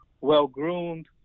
well-groomed